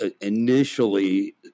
initially